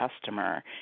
customer